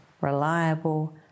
reliable